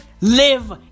Live